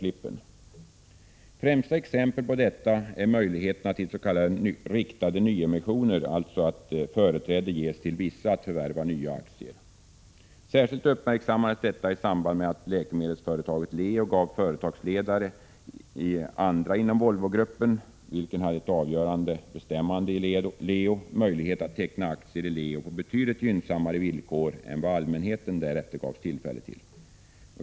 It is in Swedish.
Det främsta exemplet på detta är möjligheterna till riktade nyemissioner, dvs. att företräde ges till vissa att förvärva nya aktier. Särskilt uppmärksammades detta i samband med att läkemedelsföretaget Leo gav företagsledare inom Volvogruppen, som hade ett avgörande bestämmande i Leo, möjlighet att teckna aktier i Leo på betydligt gynnsammare villkor än vad allmänheten därefter gavs tillfälle till.